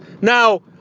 Now